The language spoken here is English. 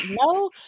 no